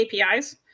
APIs